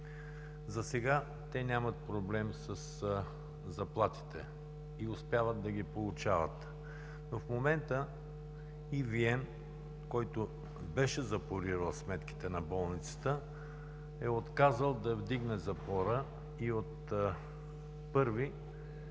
Засега те нямат проблем със заплатите и успяват да ги получават. В момента EVN, който беше запорирал сметките на болницата, е отказал да вдигне запора и от 1-ви